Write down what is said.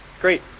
great